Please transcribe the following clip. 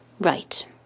Right